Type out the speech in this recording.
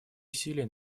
усилия